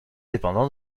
dépendant